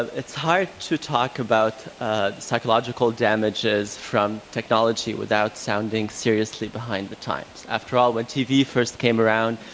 ah it's hard to talk about ah psychological damages from technology without sounding seriously behind the times. after all, when tv first came around,